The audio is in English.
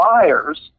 buyers